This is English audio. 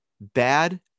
bad